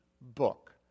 book